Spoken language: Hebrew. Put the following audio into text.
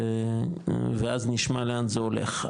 הזה ואז נשמע לאן זה הולך,